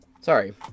sorry